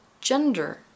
Gender